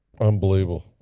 Unbelievable